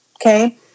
okay